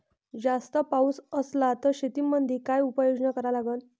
जास्त पाऊस असला त शेतीमंदी काय उपाययोजना करा लागन?